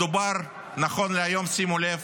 מדובר, נכון להיום, שימו לב,